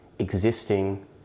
Existing